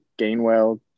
Gainwell